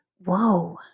Whoa